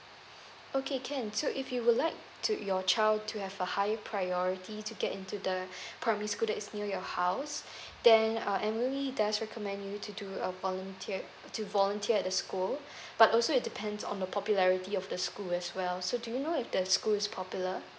okay can so if you would like to your child to have a higher priority to get into the primary school that is near your house then uh M_O_E does recommend you to do a volunteered to volunteer at the school but also it depends on the popularity of the school as well so do you know if the school is popular